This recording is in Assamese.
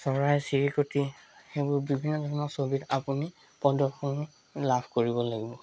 চৰাই চিৰিকতি সেইবোৰ বিভিন্ন ধৰণৰ ছবিত আপুনি প্ৰদৰ্শন লাভ কৰিব লাগিব